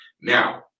Now